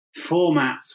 formats